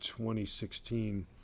2016